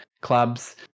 clubs